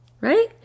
Right